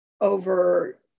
over